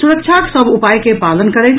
सुरक्षाक सभ उपाय के पालन करथि